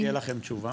מתי תהיה לכם תשובה?